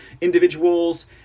individuals